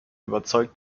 überzeugt